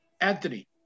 Anthony